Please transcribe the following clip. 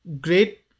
great